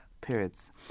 periods